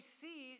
see